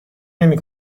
نمی